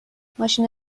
ماشین